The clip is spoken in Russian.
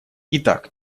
итак